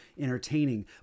entertaining